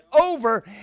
over